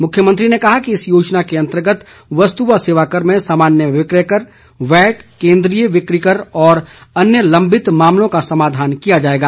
मुख्यमंत्री ने कहा कि इस योजना के अंतर्गत वस्तु व सेवाकर में सामान्य विक्रय कर वैट केंद्रीय बिक्री कर और अन्य लंबित मामलों का समाधान किया जाएगा